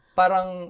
parang